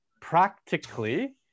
practically